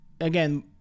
again